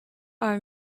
are